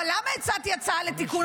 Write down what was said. אבל למה הצעתי הצעה לתיקון?